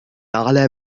على